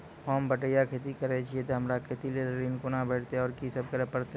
होम बटैया खेती करै छियै तऽ हमरा खेती लेल ऋण कुना भेंटते, आर कि सब करें परतै?